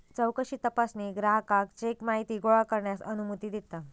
चौकशी तपासणी ग्राहकाक चेक माहिती गोळा करण्यास अनुमती देता